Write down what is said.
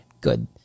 good